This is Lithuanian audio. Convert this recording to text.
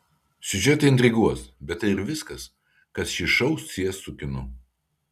siužetai intriguos bet tai ir viskas kas šį šou sies su kinu